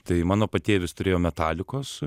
tai mano patėvis turėjo metalikos